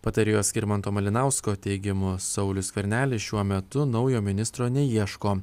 patarėjo skirmanto malinausko teigimu saulius skvernelis šiuo metu naujo ministro neieško